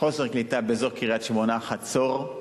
חוסר קליטה באזור קריית-שמונה חצור,